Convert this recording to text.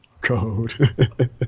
Code